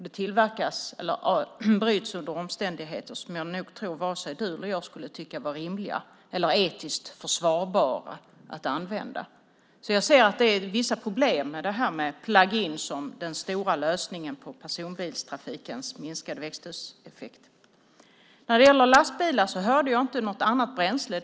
Det bryts under omständigheter som varken du eller jag skulle tycka var rimliga eller etiskt försvarbara. Jag ser därför att det är vissa problem med plug-in som den stora lösningen på personbilstrafikens minskade växthuseffekt. När det gäller lastbilar hörde jag inte något annat bränsle nämnas.